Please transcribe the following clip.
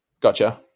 gotcha